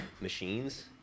machines